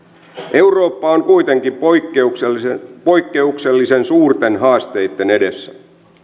eurooppa on kuitenkin poikkeuksellisen poikkeuksellisen suurten haasteitten edessä